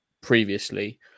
previously